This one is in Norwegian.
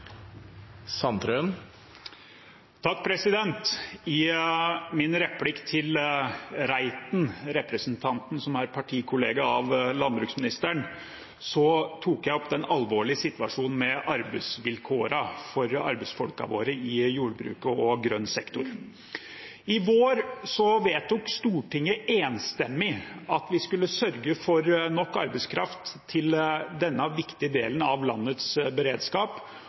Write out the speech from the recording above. partikollega av landbruksministeren, tok jeg opp den alvorlige situasjonen med arbeidsvilkårene for arbeidsfolkene våre i jordbruket og i grønn sektor. I vår vedtok Stortinget enstemmig at vi skulle sørge for nok arbeidskraft til denne viktige delen av landets beredskap,